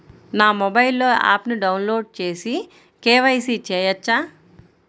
నా మొబైల్లో ఆప్ను డౌన్లోడ్ చేసి కే.వై.సి చేయచ్చా?